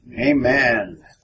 Amen